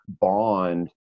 bond